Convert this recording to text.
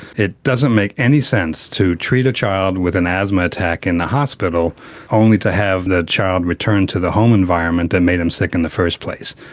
it doesn't make any sense to treat a child with an asthma attack in the hospital only to have that child return to the home environment that made him sick in the first place.